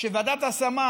שוועדת ההשמה